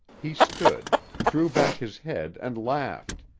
he stood, threw back his head and laughed,